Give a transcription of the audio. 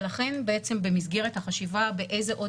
ולכן בעצם במסגרת החשיבה באיזה עוד